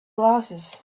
glasses